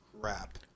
crap